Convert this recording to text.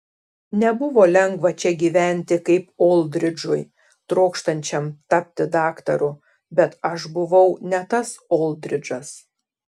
nebuvo lengva čia gyventi kaip oldridžui trokštančiam tapti daktaru bet aš buvau ne tas oldridžas